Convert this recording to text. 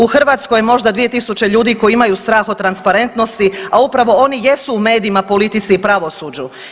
U Hrvatskoj je možda 2 tisuće ljudi koji imaju strah od transparentnosti a upravo oni jesu u medijima, politici i pravosuđu.